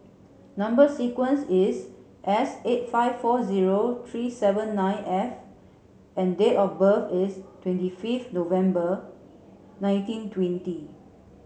number sequence is S eight five four zero three seven nine F and date of birth is twenty fifth November nineteen twenty